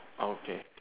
okay